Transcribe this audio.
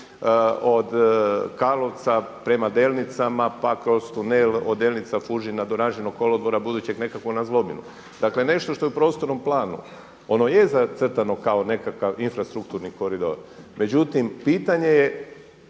od Karlovca prema Delnicama pa kroz tunel od Delnica, Fužina do ranžirnog kolodvora budućeg nekakvog na ..., da kle nešto što je u prostornom planu. Ono je zacrtano kao nekakav infrastrukturni koridor, međutim pitanje je